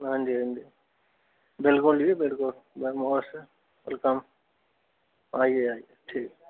हां जी हां जी बिलकुल जी बिलकुल आई गे आई गे ठीक